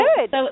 good